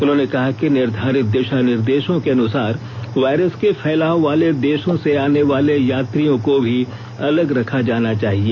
उन्होंने कहा कि निर्धारित दिशा निर्देशों के अनुसार वायरस के फैलाव वाले देशों से आने वाले यात्रियों को भी अलग रखा जाना चाहिए